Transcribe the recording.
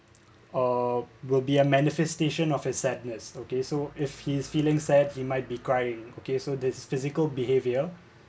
uh will be a manifestation of his sadness okay so if he's feeling said he might be crying okay so this physical behaviour